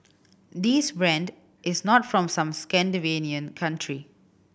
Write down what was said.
this brand is not from some Scandinavian country